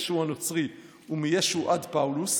ישו הנוצרי ומישו ועד פאולוס"